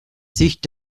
sicht